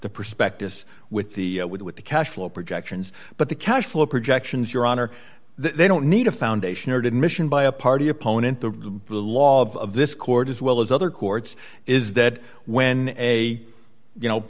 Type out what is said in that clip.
the prospectus with the with with the cash flow projections but the cash flow projections your honor they don't need a foundation or did mission by a party opponent the law of this court as well as other courts is that when a you know